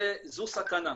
זו סכנה.